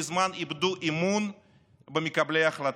מזמן איבדו אמון במקבלי ההחלטות.